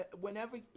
whenever